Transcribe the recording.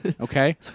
Okay